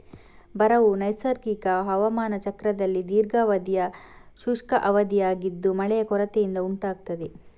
ಬರವು ನೈಸರ್ಗಿಕ ಹವಾಮಾನ ಚಕ್ರದಲ್ಲಿ ದೀರ್ಘಾವಧಿಯ ಶುಷ್ಕ ಅವಧಿಯಾಗಿದ್ದು ಮಳೆಯ ಕೊರತೆಯಿಂದ ಉಂಟಾಗ್ತದೆ